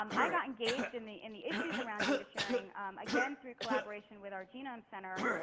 um i got engaged in the in the issues around data sharing again through collaboration with our genome center.